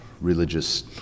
religious